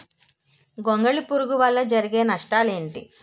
గొంగళి పురుగు వల్ల జరిగే నష్టాలేంటి?